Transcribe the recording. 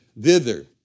thither